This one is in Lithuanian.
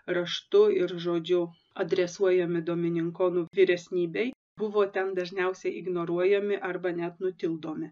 raštu ir žodžiu adresuojami dominikonų vyresnybei buvo ten dažniausiai ignoruojami arba net nutildomi